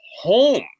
home